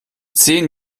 zehn